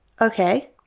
Okay